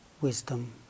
wisdom